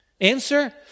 Answer